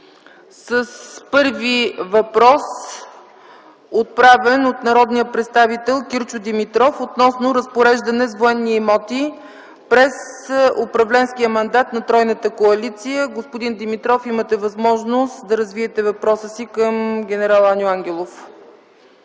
с първи въпрос, отправен от народния представител Кирчо Димитров относно разпореждане с военни имоти през управленския мандат на тройната коалиция. Господин Димитров, имате възможност да развиете въпроса си към ген. Аню Ангелов.